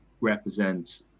represent